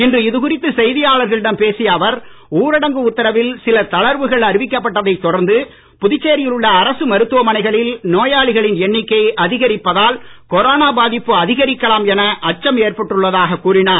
இன்று இது குறித்து செய்தியாளர்களிடம் பேசிய அவர் ஊரடங்கு உத்தரவில் சில தளர்வுகள் அறிவிக்கப்பட்டதை தொடர்ந்து புதுச்சேரியில் உள்ள அரசு மருத்துவ மனைகளில் நோயாளியின் எண்ணிக்கை அதிகரிப்பதால் கொரோனா பாதிப்பு அதிகரிக்கலாம் என அச்சம் ஏற்பட்டுள்ளதாக கூறினார்